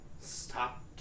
Stop